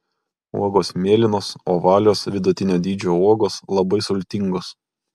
uogos mėlynos ovalios vidutinio dydžio uogos labai sultingos